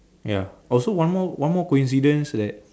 ya also one more one more coincidence that